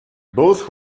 both